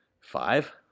Five